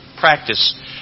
practice